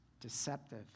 deceptive